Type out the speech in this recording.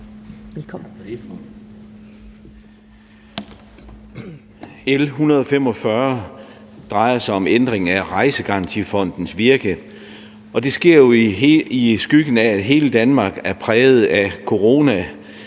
L 145 drejer sig om en ændring af Rejsegarantifondens virke, og det sker jo i skyggen af, at hele Danmark er præget af corona.